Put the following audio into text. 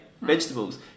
vegetables